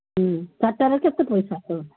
ଚାରଟାକୁ କେତେ ପଇସା ସବୁ